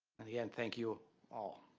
and again, thank you all.